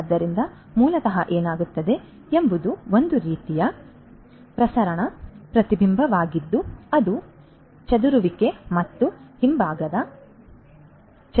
ಆದ್ದರಿಂದ ಮೂಲತಃ ಏನಾಗುತ್ತಿದೆ ಎಂಬುದು ಒಂದು ರೀತಿಯ ಪ್ರಸರಣ ಪ್ರತಿಬಿಂಬವಾಗಿದ್ದು ಅದು ಚದುರುವಿಕೆ ಮತ್ತು ಹಿಂಭಾಗದ ಚದುರುವಿಕೆಯಿಂದಾಗಿ ಸಂಭವಿಸಲಿದೆ